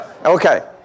Okay